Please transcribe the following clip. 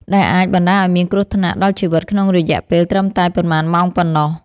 ដែលអាចបណ្តាលឱ្យមានគ្រោះថ្នាក់ដល់ជីវិតក្នុងរយៈពេលត្រឹមតែប៉ុន្មានម៉ោងប៉ុណ្ណោះ។